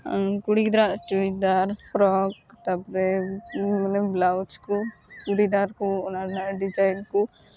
ᱠᱩᱲᱤ ᱜᱤᱫᱽᱨᱟᱹᱣᱟᱜ ᱪᱩᱲᱤᱫᱟᱨ ᱯᱷᱨᱚᱜᱽ ᱛᱟᱨᱯᱚᱨᱮ ᱢᱟᱱᱮ ᱵᱞᱟᱩᱡᱽ ᱠᱚ ᱪᱩᱲᱤᱫᱟᱨ ᱠᱚ ᱚᱱᱟ ᱨᱮᱱᱟᱜ ᱰᱤᱡᱟᱭᱤᱱ ᱠᱚ